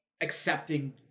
accepting